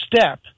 step